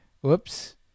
whoops